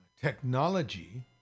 technology